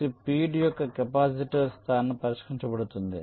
ప్రతి ఫీడ్ యొక్క కెపాసిటర్ స్థానం పరిష్కరించబడింది